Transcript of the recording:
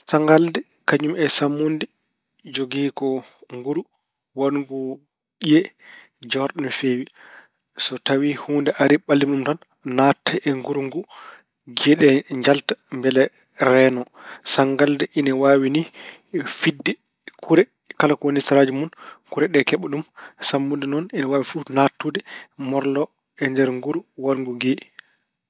Sanngalde kañum e sammunde jogii ko nguru waɗngu ƴiye joorɗe no feewi. So tawi huunde ari mballiima ɗum tan naatta e nguru ngu giye ɗee njalta mbele reeno. Sanngalde ina waawi ni fiɗde kure kala ko woni seraaji mun kure ɗe keɓa ɗum. Sammunde noon ona waawi fof naatude, morlo e nder nguru waɗngu giye.